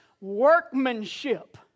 workmanship